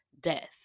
death